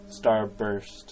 Starburst